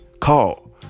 Call